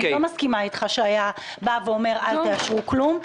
אני לא מסכימה אותך שהיה אומר שלא לאשר כלום.